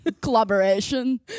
collaboration